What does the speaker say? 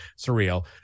surreal